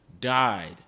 died